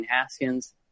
Haskins